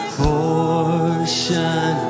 portion